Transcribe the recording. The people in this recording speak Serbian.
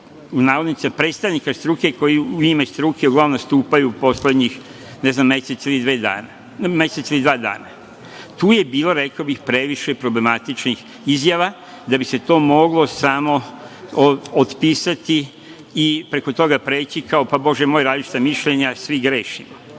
navodnicima predstavnika struke koji u ime struke uglavnom nastupaju u poslednjih mesec ili dva dana. Tu je bilo rekao bih, previše problematičnih izjava da bi se to moglo samo otpisati i preko toga preći, kao Bože moj, različita mišljenja, svi grešimo. Dakle,